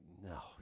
no